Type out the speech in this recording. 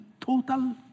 total